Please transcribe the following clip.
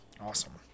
awesome